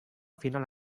final